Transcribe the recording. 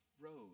road